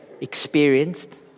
experienced